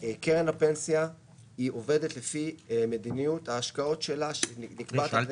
קרן הפנסיה עובדת לפי מדיניות ההשקעות שלה שנקבעת על ידי